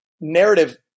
narrative